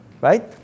right